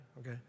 Okay